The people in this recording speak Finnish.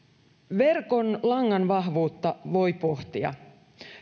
verkon langanvahvuutta voi pohtia